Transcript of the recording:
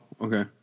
Okay